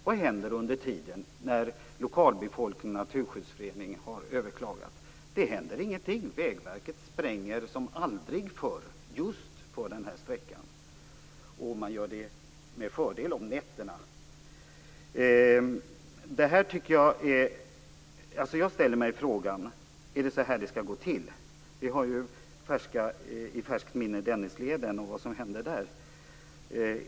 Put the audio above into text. Vad händer under tiden, när lokalbefolkningen och Naturskyddsföreningen har överklagat? Det händer ingenting. Vägverket spränger som aldrig förr just för den här sträckan, och man gör det företrädesvis om nätterna. Jag ställer mig frågan: Är det så här det skall gå till? Vi har i färskt minne Dennisleden och vad som hände där.